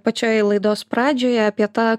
pačioj laidos pradžioje apie tą